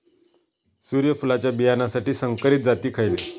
सूर्यफुलाच्या बियानासाठी संकरित जाती खयले?